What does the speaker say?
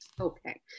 Okay